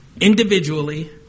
Individually